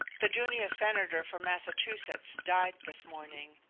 the junior senator for massachusetts died this morning,